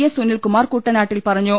S Sunilkumar കുട്ടനാട്ടിൽ പറഞ്ഞു